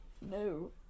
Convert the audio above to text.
No